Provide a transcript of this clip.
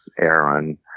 Aaron